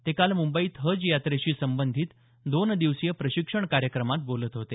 ते काल मुंबईत हज यात्रेशी संबंधित दोन दिवसीय प्रशिक्षण कार्यक्रमात बोलत होते